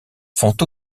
font